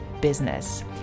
business